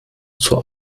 zur